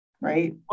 right